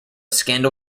scandal